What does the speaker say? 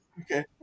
Okay